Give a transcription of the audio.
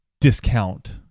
discount